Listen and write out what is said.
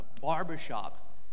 barbershop